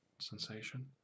sensation